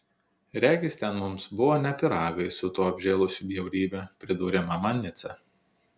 regis ten mums buvo ne pyragai su tuo apžėlusiu bjaurybe pridūrė mama nica